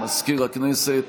מזכיר הכנסת,